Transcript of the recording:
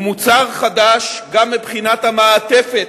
הוא מוצר חדש גם מבחינת המעטפת,